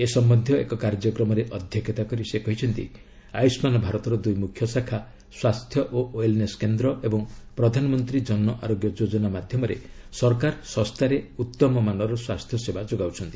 ଏ ସମ୍ବନ୍ଧୀୟ ଏକ କାର୍ଯ୍ୟକ୍ରମରେ ଅଧ୍ୟକ୍ଷତା କରି ସେ କହିଛନ୍ତି ଆୟୁଷ୍ମାନ୍ ଭାରତର ଦୁଇ ମୁଖ୍ୟ ଶାଖା 'ସ୍ୱାସ୍ଥ୍ୟ ଓ ୱେଲ୍ନେସ୍ କେନ୍ଦ୍ର' ଏବଂ ପ୍ରଧାନମନ୍ତ୍ରୀ ଜନଆରୋଗ୍ୟ ଯୋଜନା' ମାଧ୍ୟମରେ ସରକାର ଶସ୍ତାରେ ଉତ୍ତମମାନର ସ୍ନାସ୍ଥ୍ୟସେବା ଯୋଗାଉଛନ୍ତି